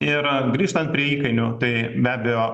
ir grįžtant prie įkainių tai be abejo